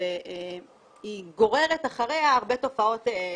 שהיא גוררת אחריה הרבה תופעות חיצוניות,